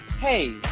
Hey